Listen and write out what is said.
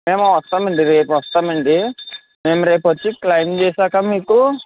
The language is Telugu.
మేము వస్తామండి రేపు వస్తామండీ మేము రేపు వచ్చి క్లెయిమ్ చేశాక మీకు